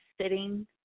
sitting